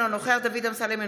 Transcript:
אינו נוכח דוד אמסלם,